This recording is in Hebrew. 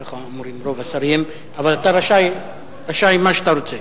ככה אומרים רוב השרים, אבל אתה רשאי מה שאתה רוצה.